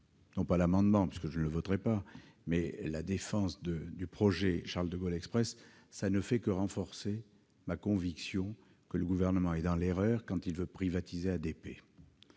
non pas l'amendement, que je ne voterai pas, mais la défense du projet Charles-de-Gaulle Express, cela ne fait que renforcer ma conviction que le Gouvernement est dans l'erreur quand il veut privatiser ADP.